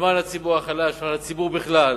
למען הציבור החלש, למען הציבור בכלל.